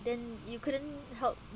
then you couldn't help